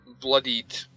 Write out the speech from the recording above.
bloodied